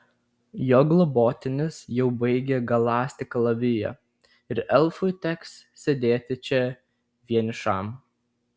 jo globotinis jau baigia galąsti kalaviją ir elfui teks sėdėti čia vienišam